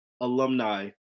Alumni